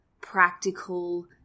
practical